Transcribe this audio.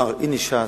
לומר: הנה ש"ס,